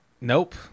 Nope